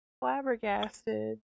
flabbergasted